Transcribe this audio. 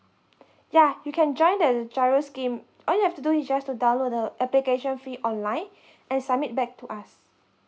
ya you can join the GIRO scheme all you have to do is just to download the application fee online and submit back to us